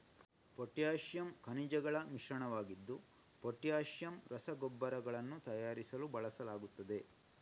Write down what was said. potassium ಖನಿಜಗಳ ಮಿಶ್ರಣವಾಗಿದ್ದು potassium ರಸಗೊಬ್ಬರಗಳನ್ನು ತಯಾರಿಸಲು ಬಳಸಲಾಗುತ್ತದೆ